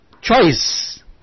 choice